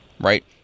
right